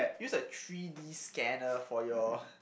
use a three-D scanner for your